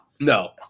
No